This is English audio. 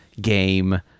game